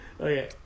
Okay